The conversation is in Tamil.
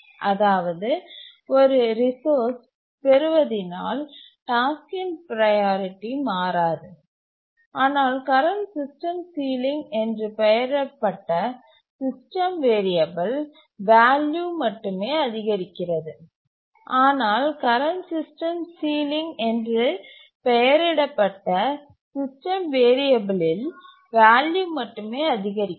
அதாவது ஒரு ரிசோர்ஸ் பெறுவதினால் டாஸ்க்கின் ப்ரையாரிட்டி மாறாது ஆனால் கரண்ட் சிஸ்டம் சீலிங் என்று பெயரிடப்பட்ட சிஸ்டம் வேறியபில் வேல்யூ மட்டுமே அதிகரிக்கிறது